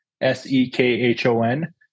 S-E-K-H-O-N